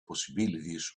possibilities